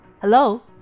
Hello